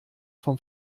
vom